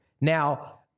Now